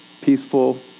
peaceful